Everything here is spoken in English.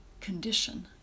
condition